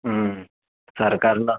सरकारनं